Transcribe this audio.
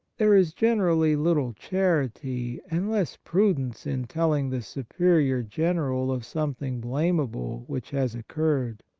there is generally little charity and less prudence in telling the superior general of something blameable which has occurred.